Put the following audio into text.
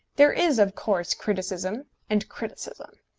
there is, of course, criticism and criticism.